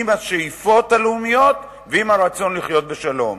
עם השאיפות הלאומיות ועם הרצון לחיות בשלום.